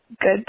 Good